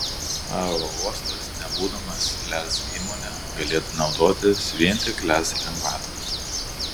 aerouostas nebūdamas lez įmone galėtų naudotis vien tik lez lengvatomis